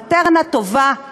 "מטרנה" היא אבקה טובה,